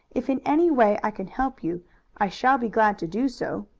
if in any way i can help you i shall be glad to do so,